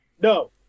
No